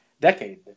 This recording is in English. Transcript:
decade